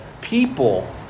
people